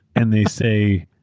and they say,